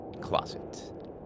closet